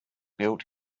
built